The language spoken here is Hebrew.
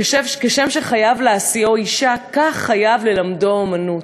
כשם שחייב להשיאו אישה, כך חייב ללמדו אומנות.